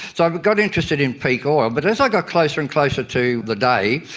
so i but got interested in peak oil. but as i got closer and closer to the day,